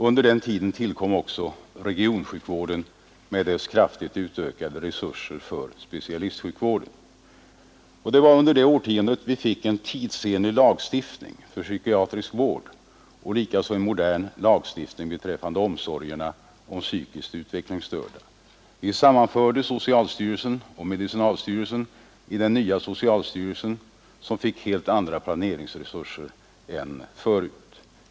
Under det decenniet tillkom också regionsjukvården med dess kraftigt utökade resurser för specialistsjukvård. Det var också under den tiden som vi fick en tidsenlig lagstiftning för psykiatrisk vård samt likaså en modern lagstiftning beträffande omsorgerna om psykiskt utvecklingsstörda. Vi sammanförde också socialstyrelsen och medicinalstyrelsen i den nya socialstyrelsen, som fick helt andra planeringsresurser än tidigare.